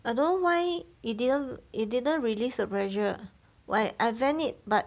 I don't know why it didn't it didn't release the pressure like I vent it but